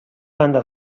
banda